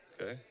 Okay